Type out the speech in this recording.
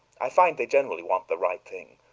i find they generally want the right thing.